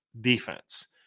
defense